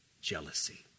jealousy